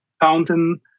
fountain